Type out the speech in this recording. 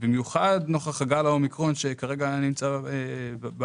במיוחד נוכח גל האומיקרון שכרגע בארץ,